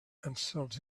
answered